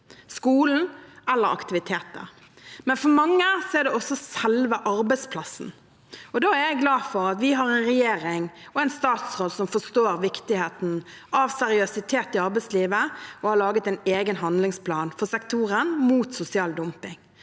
skolen eller aktiviteter. Men for mange er det også selve arbeidsplassen. Da er jeg glad for at vi har en regjering og en statsråd som forstår viktigheten av seriøsitet i arbeidslivet og har laget en egen handlingsplan for sektoren mot sosial dumping.